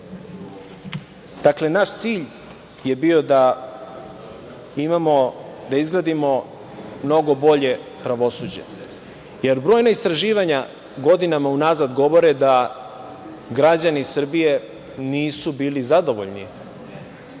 strane, naš cilj je bio da imamo, da izgradimo mnogo bolje pravosuđe, jer brojna istraživanja godinama unazad govore da građani Srbije nisu bili zadovoljni